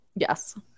yes